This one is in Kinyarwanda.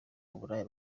uburaya